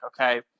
okay